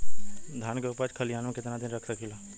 धान के उपज खलिहान मे कितना दिन रख सकि ला?